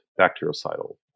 bactericidal